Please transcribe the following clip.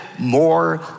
more